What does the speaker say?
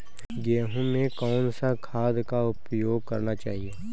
गेहूँ में कौन सा खाद का उपयोग करना चाहिए?